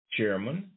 Chairman